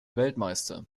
weltmeister